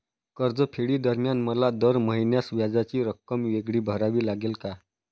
कर्जफेडीदरम्यान मला दर महिन्यास व्याजाची रक्कम वेगळी भरावी लागेल का?